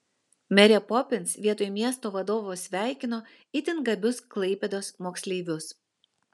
merė popins vietoj miesto vadovo sveikino itin gabius klaipėdos moksleivius